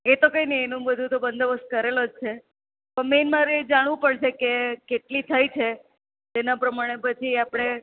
એતો કંઈ નહીં એનું તો બધો બંદોબસ્ત કરેલો જ છે મેઈન મારે એ જાણવું પડશે કે કેટલી થઈ છે એના પ્રમાણે પછી આપણે